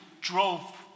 drove